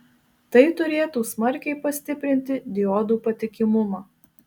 tai turėtų smarkiai pastiprinti diodų patikimumą